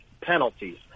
penalties